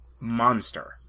monster